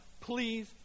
please